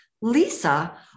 Lisa